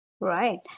Right